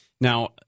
Now